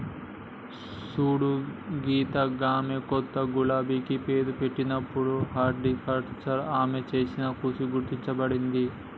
సూడు సీత గామె కొత్త గులాబికి పేరు పెట్టినప్పుడు హార్టికల్చర్ ఆమె చేసిన కృషి గుర్తించబడింది